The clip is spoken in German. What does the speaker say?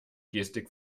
gestik